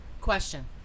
Question